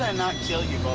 and not kill you both?